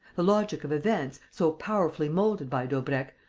the logic of events, so powerfully moulded by daubrecq,